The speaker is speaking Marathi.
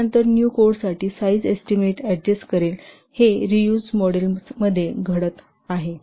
हे नंतर न्यू कोडसाठी साईज एस्टीमेट अड्जस्ट करेल हे रीयूज मॉडेल मध्ये घडत आहे